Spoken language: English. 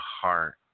heart